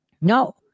No